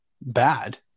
bad